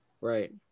Right